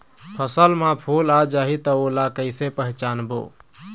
फसल म फूल आ जाही त ओला कइसे पहचानबो?